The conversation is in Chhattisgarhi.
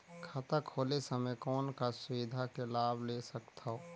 खाता खोले समय कौन का सुविधा के लाभ ले सकथव?